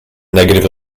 negative